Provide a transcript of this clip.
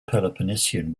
peloponnesian